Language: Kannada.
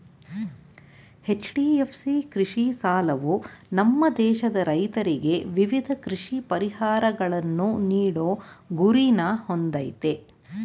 ಎಚ್.ಡಿ.ಎಫ್.ಸಿ ಕೃಷಿ ಸಾಲವು ನಮ್ಮ ದೇಶದ ರೈತ್ರಿಗೆ ವಿವಿಧ ಕೃಷಿ ಪರಿಹಾರಗಳನ್ನು ನೀಡೋ ಗುರಿನ ಹೊಂದಯ್ತೆ